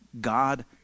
God